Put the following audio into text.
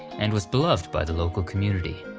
and was beloved by the local community.